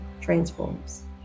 transforms